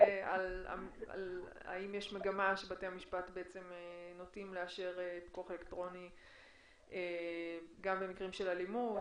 האם יש מגמה שבתי המשפט נוטים לאשר פיקוח אלקטרוני גם במקרים של אלימות,